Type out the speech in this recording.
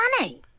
money